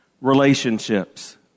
relationships